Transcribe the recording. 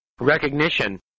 recognition